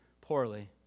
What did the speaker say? poorly